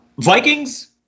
Vikings